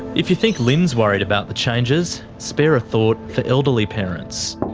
if you think lyn's worried about the changes, spare a thought for elderly parents.